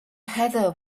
heather